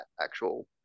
actual